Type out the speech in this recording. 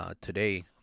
Today